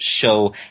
show